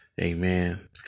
Amen